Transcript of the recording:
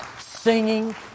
singing